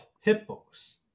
hippos